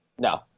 No